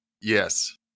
Yes